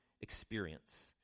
experience